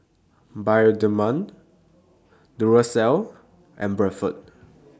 Bioderma Duracell and Bradford